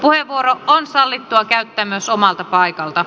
puheenvuoro on sallittua käyttää myös omalta paikalta